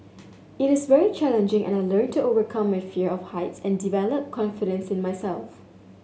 it is very challenging and I learnt to overcome my fear of heights and develop confidence in myself